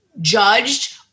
judged